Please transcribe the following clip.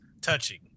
touching